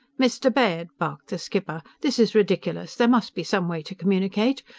mr baird! barked the skipper. this is ridiculous! there must be some way to communicate!